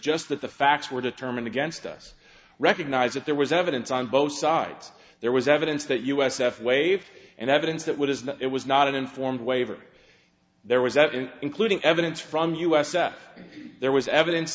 just that the facts were determined against us recognise that there was evidence on both sides there was evidence that us f wave and evidence that what is that it was not an informed waiver there was that in including evidence from us stuff there was evidence